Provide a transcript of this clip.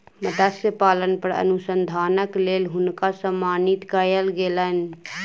मत्स्य पालन पर अनुसंधानक लेल हुनका सम्मानित कयल गेलैन